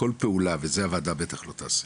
כל פעולה, וזה הועדה בטח לא תעשה,